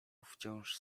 wciąż